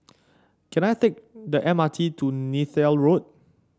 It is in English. can I take the M R T to Neythal Road